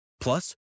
Plus